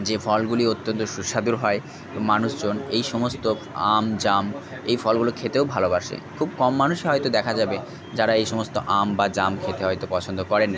যে ফলগুলি অত্যন্ত সুস্বাদু হয় মানুষজন এই সমস্ত আম জাম এই ফলগুলো খেতেও ভালোবাসে খুব কম মানুষই হয়তো দেখা যাবে যারা এই সমস্ত আম বা জাম খেতে হয়তো পছন্দ করেন না